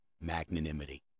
magnanimity